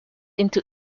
into